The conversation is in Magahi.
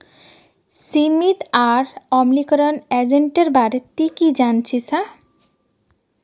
सीमित और अम्लीकरण एजेंटेर बारे ती की जानछीस हैय